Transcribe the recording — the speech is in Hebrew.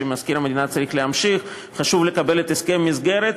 שמזכיר המדינה צריך להמשיך ושחשוב לקבל את הסכם המסגרת.